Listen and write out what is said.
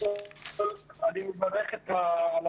--- אני מתנצלת, אנחנו